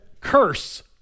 curse